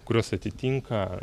kurios atitinka